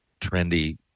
trendy